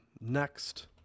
next